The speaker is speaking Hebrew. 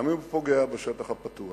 גם אם הוא פוגע בשטח הפתוח,